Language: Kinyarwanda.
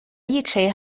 yicaye